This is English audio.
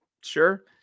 Sure